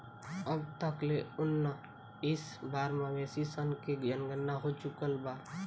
अब तक ले उनऽइस बार मवेशी सन के जनगणना हो चुकल बा